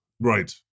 Right